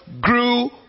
grew